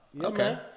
Okay